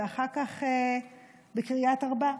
ואחר כך בקריית ארבע.